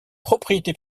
propriété